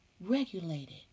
regulated